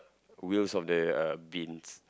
wheels of the uh bins